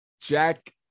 Jack